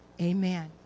Amen